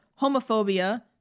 homophobia